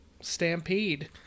Stampede